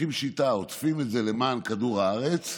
לוקחים ועוטפים את זה למען כדור הארץ,